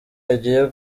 agiye